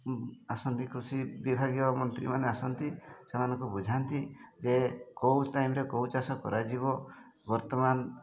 ଆସନ୍ତି କୃଷି ବିଭାଗୀୟ ମନ୍ତ୍ରୀମାନେ ଆସନ୍ତି ସେମାନଙ୍କୁ ବୁଝାନ୍ତି ଯେ କୋଉ ଟାଇମ୍ରେ କୋଉ ଚାଷ କରାଯିବ ବର୍ତ୍ତମାନ